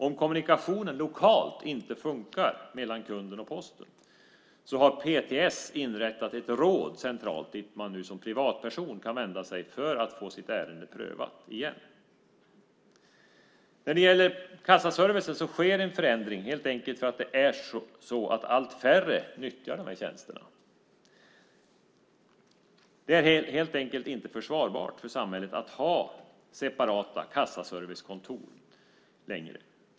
Om kommunikationen lokalt inte funkar mellan kunden och Posten har PTS inrättat ett råd centralt dit man som privatperson kan vända sig för att få sitt ärende prövat igen. När det gäller kassaservicen sker en förändring helt enkelt för att det är allt färre som nyttjar dessa tjänster. Det är helt enkelt inte försvarbart för samhället att ha separata kassaservicekontor längre.